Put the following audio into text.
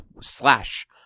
slash